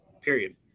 period